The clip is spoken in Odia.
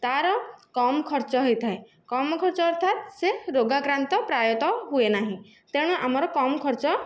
ତା'ର କମ୍ ଖର୍ଚ୍ଚ ହୋଇଥାଏ କମ୍ ଖର୍ଚ୍ଚ ଅର୍ଥାତ୍ ସେ ରୋଗାକ୍ରାନ୍ତ ପ୍ରାୟତଃ ହୁଏ ନାହିଁ ତେଣୁ ଆମର କମ୍ ଖର୍ଚ୍ଚ